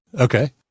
Okay